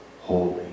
holy